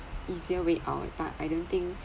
easier way out but I don't think